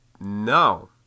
no